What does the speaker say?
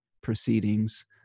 proceedings